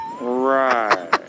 Right